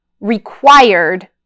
required